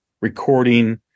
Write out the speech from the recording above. recording